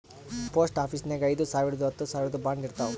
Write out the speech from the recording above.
post ಆಫೀಸ್ನಾಗ್ ಐಯ್ದ ಸಾವಿರ್ದು ಹತ್ತ ಸಾವಿರ್ದು ಬಾಂಡ್ ಇರ್ತಾವ್